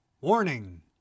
Warning